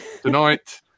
Tonight